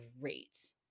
great